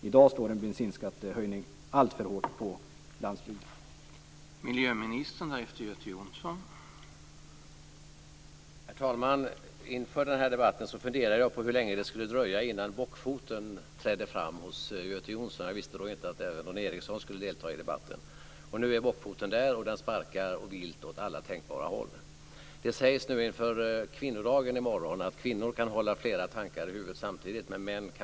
I dag slår en bensinskattehöjning alltför hårt mot landsbygden.